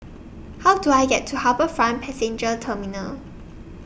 How Do I get to HarbourFront Passenger Terminal